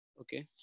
Okay